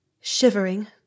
shivering